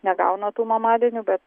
negauna tų mamadienių bet